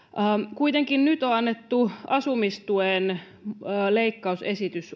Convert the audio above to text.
kuitenkin nyt on annettu uusi asumistuen leikkausesitys